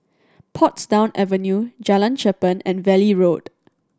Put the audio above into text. Portsdown Avenue Jalan Cherpen and Valley Road